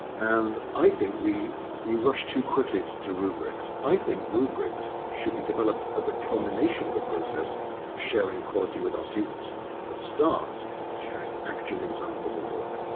and i think we we rush too quickly to do rubrics, i think rubrics should be developed as the culmination of a process of sharing quality with our students that starts sharing actual examples of work.